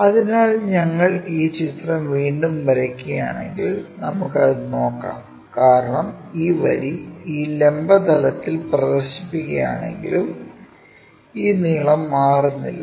അതിനാൽ ഞങ്ങൾ ഈ ചിത്രം വീണ്ടും വരയ്ക്കുകയാണെങ്കിൽ നമുക്ക് അത് നോക്കാം കാരണം ഈ വരി ഈ ലംബ തലത്തിൽ പ്രദർശിപ്പിക്കുകയാണെങ്കിലും ഈ നീളം മാറുന്നില്ല